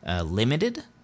Limited